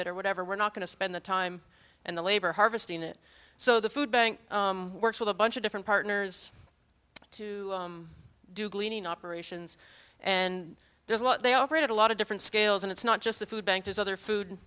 it or whatever we're not going to spend the time and the labor harvesting it so the food bank works with a bunch of different partners to do cleaning operations and there's a lot they operate at a lot of different scales and it's not just a food bank there's other